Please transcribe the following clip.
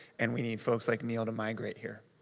and we need folks like neil to migrate here.